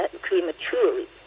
prematurely